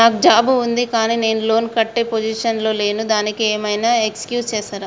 నాకు జాబ్ ఉంది కానీ నేను లోన్ కట్టే పొజిషన్ లా లేను దానికి ఏం ఐనా ఎక్స్క్యూజ్ చేస్తరా?